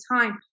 time